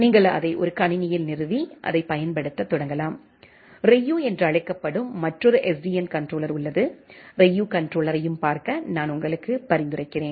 நீங்கள் அதை ஒரு கணினியில் நிறுவி அதைப் பயன்படுத்தத் தொடங்கலாம் Ryu என்று அழைக்கப்படும் மற்றொரு SDN கண்ட்ரோலர் உள்ளது Ryu கண்ட்ரோலர்யையும் பார்க்க நான் உங்களுக்கு பரிந்துரைக்கிறேன்